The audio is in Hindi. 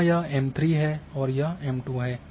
यहाँ यह एम 3 है और यह एम 2 है